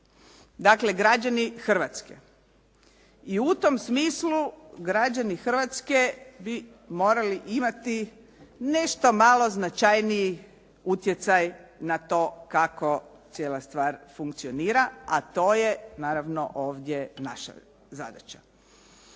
dakle građani Hrvatske. I u tom smislu bi građani Hrvatske morali imati nešto malo značajniji utjecaj na to kako cijela stvar funkcionira, a to je naravno ovdje naša zadaća.